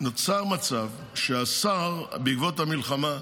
נוצר מצב שבעקבות המלחמה,